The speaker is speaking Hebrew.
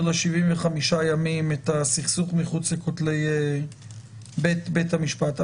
75 ימים את הסכסוך מחוץ לכותלי בית המשפט".